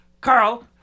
Carl